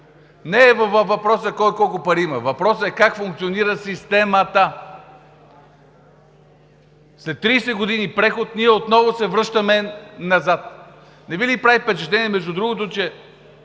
Не е въпросът кой колко пари има, въпросът е как функционира систе-ма-та! След 30 години преход ние отново се връщаме назад. Не Ви ли прави впечатление между другото, че